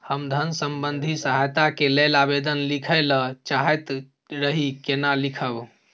हम धन संबंधी सहायता के लैल आवेदन लिखय ल चाहैत रही केना लिखब?